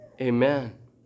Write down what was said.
Amen